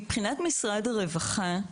מבחינת משרד הרווחה,